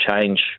change